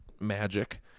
Magic